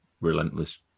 relentless